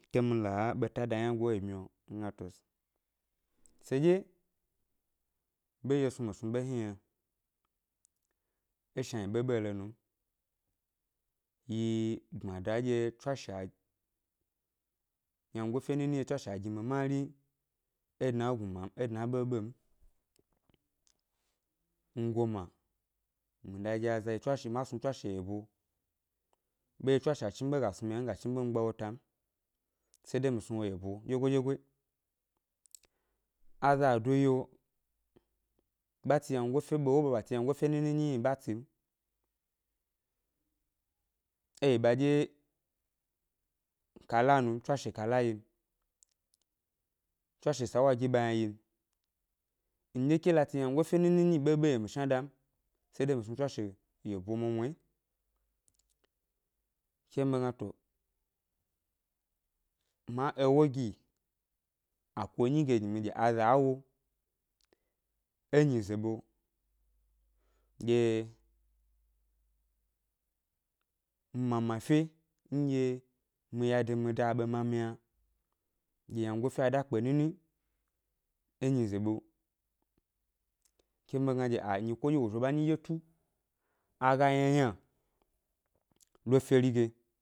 Ke mi la ɓeta da yna go é ebmyio mi gna tos seɗye ɓeɗye snu mi snu ɓe hni yna, é shna yi ɓebe lo nu m, yi gbmada nɗye tswashe a wyangofe nini nɗye tswashe gi mi mari é dna e gnuma m, é dna é ɓeɓe m, mi goma mi da gi aza ɗye tswawashe ma snu tswashe yebo, ɓe tswashe a chniɓe ga snu mi yna mi ga chinɓe mi gba wo ta m, sede mi snu wo yebo ɗyegoyi-ɗyegoyi, aza do yio ɓa tsi wyangofe ɓe wo ɓa ɓa tsi wyangofe nini hni ɓa tsi m, é yi ɓaɗye kala nu m tswashe kala yi n, tswashe ʻsa wa gi ɓa yna yi n, midye ke la tsi wyangofe nini nyi ɓeɓe yio mi shna da m sede mi snu tswashe yebo mwamwa yi, ke mi gna to ma ewo gi a ko ʻnyi ge gi mi ge aza wo é nyize ɓe ɗye mi mama ʻfe nɗye mi ya de mi ʻda aɓe ma mi yna ɗye wyangofe a da kpe nini é nyize ɓe, ke mi gna ɗye a nyiko ɗye wo zhi wo ɓa enyi ɗye tu, a ga yna ʻyna lo feri ge